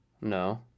No